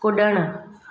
कुड॒णु